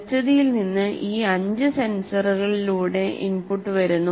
പരിസ്ഥിതിയിൽ നിന്ന് ഈ അഞ്ച് സെൻസറുകളിലൂടെ ഇൻപുട്ട് വരുന്നു